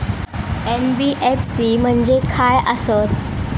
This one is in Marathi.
एन.बी.एफ.सी म्हणजे खाय आसत?